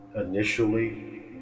initially